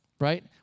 right